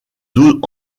dos